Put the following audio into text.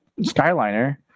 Skyliner